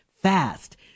fast